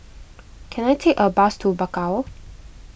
can I take a bus to Bakau